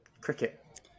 Cricket